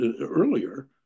earlier